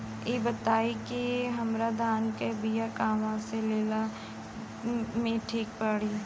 इ बताईं की हमरा धान के बिया कहवा से लेला मे ठीक पड़ी?